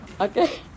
okay